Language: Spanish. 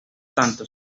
tanto